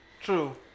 True